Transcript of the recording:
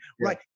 right